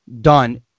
done